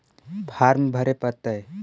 Farm भरे परतय?